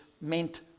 meant